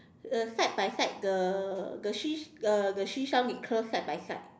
uh side by side the the sea~ uh the seashell with her side by side